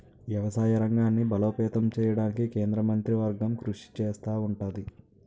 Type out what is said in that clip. వ్యవసాయ రంగాన్ని బలోపేతం చేయడానికి కేంద్ర మంత్రివర్గం కృషి చేస్తా ఉంటది